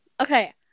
Okay